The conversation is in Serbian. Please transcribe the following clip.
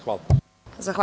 Hvala.